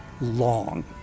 long